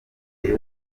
gihe